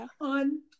on